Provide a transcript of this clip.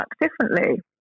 differently